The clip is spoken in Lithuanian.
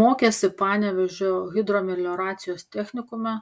mokėsi panevėžio hidromelioracijos technikume